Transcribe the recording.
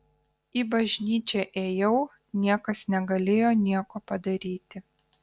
į bažnyčią ėjau niekas negalėjo nieko padaryti